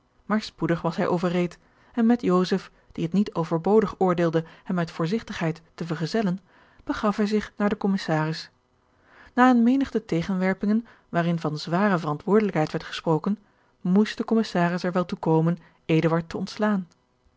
maar spoedig was hij overreed en met joseph die het niet overbodig oordeelde hem uit voorzigtigheid te vergezellen begaf hij zich naar den commissaris na eene menigte tegenwerpingen waarin van zware verantwoordelijkheid werd gesproken moest de commissaris er wel toe komen eduard te ontslaan